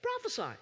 prophesy